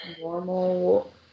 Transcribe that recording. normal